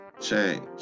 change